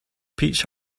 peach